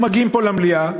ואנחנו מגיעים פה למליאה,